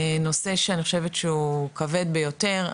נושא שאני חושבת שהוא כבד ביותר,